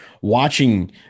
watching